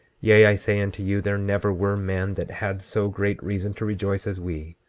yea, i say unto you, there never were men that had so great reason to rejoice as we,